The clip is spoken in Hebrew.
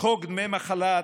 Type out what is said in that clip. "חוק דמי מחלה,